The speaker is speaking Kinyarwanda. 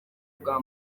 bwa